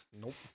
Nope